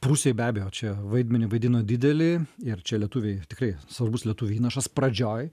prūsijoj be abejo čia vaidmenį vaidino didelį ir čia lietuviai tikrai svarbus lietuvių įnašas pradžioj